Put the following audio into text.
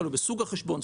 זה תלוי בסוג החשבון,